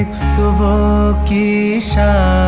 like suboh ki shaam